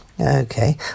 Okay